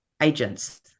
agents